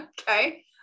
okay